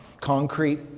Concrete